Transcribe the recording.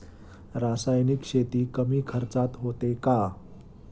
रासायनिक शेती कमी खर्चात होते का?